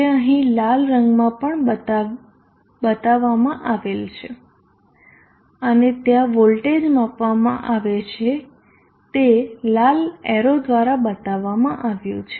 જે અહીં લાલ રંગમાં પણ બતાવવામાં આવેલ છે અને ત્યાં વોલ્ટેજ માપવામાં આવે છે તે લાલ એરો દ્વારા બતાવવામાં આવ્યું છે